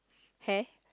hair